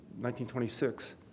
1926